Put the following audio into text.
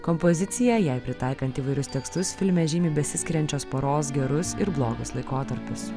kompozicija jai pritaikant įvairius tekstus filme žymi besiskiriančios poros gerus ir blogus laikotarpius